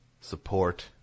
support